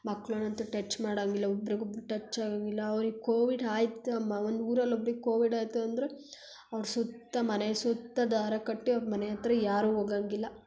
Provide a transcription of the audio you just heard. ಮಕ್ಳನ್ನಂತೂ touch ಮಾಡೋಂಗಿಲ್ಲ ಒಬ್ರಿಗೆ ಒಬ್ಬರು ಟಚ್ ಆಗೋಂಗಿಲ್ಲ ಅವ್ರಿಗೆ ಕೋವಿಡ್ ಆ ಅಮ್ಮ ಒಂದು ಊರಲ್ಲಿ ಒಬ್ರಿಗೆ ಕೋವಿಡ್ ಆಯಿತು ಅಂದರೆ ಅವ್ರ ಸುತ್ತ ಮನೆ ಸುತ್ತ ದಾರ ಕಟ್ಟಿ ಅವ್ರ ಮನೆ ಹತ್ತಿರ ಯಾರೂ ಹೋಗೋಂಗಿಲ್ಲ